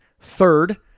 third